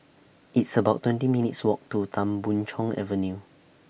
It's about twenty minutes' Walk to Tan Boon Chong Avenue